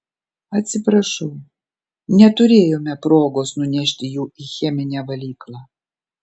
atsiprašau neturėjome progos nunešti jų į cheminę valyklą